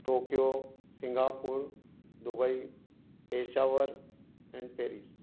Tokyo Singapore Dubai Peshawar Paris